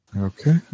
Okay